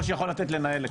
יושב-ראש יכול לתת לנהל.